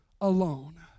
alone